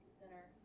dinner